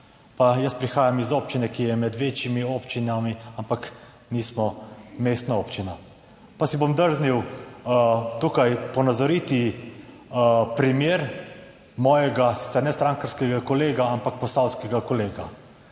Pa jaz prihajam iz občine, ki je med večjimi občinami, ampak nismo mestna občina. Pa si bom drznil tukaj ponazoriti primer mojega, sicer ne strankarskega kolega, ampak posavskega kolega.